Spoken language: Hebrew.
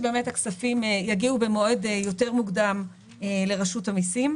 כשיחסי הכוחות בין הנישום לרשות המיסים